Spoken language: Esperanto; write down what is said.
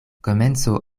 komenco